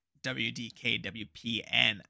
WDKWPN